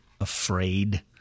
afraid